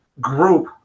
group